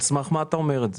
על סמך מה אתה אומר את זה?